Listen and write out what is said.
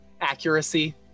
Accuracy